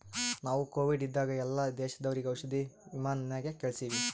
ನಾವು ಕೋವಿಡ್ ಇದ್ದಾಗ ಎಲ್ಲಾ ದೇಶದವರಿಗ್ ಔಷಧಿ ವಿಮಾನ್ ನಾಗೆ ಕಳ್ಸಿವಿ